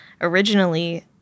originally